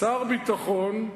שר הביטחון,